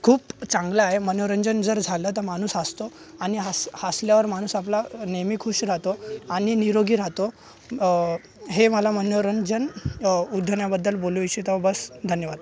खूप चांगलं आहे मनोरंजन जर झालं तर माणूस हसतो आणि हास हसल्यावर माणूस आपला नेहमी खुश राहतो आणि निरोगी राहतो हे मला मनोरंजन उधोण्याबद्दल बोलू इच्छित आहे बस धन्यवाद